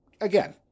again